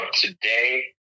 today